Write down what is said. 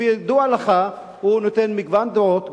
שכידוע לך הוא נותן מגוון דעות.